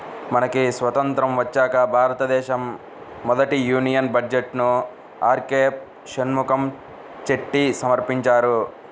మనకి స్వతంత్రం వచ్చాక భారతదేశ మొదటి యూనియన్ బడ్జెట్ను ఆర్కె షణ్ముఖం చెట్టి సమర్పించారు